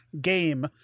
game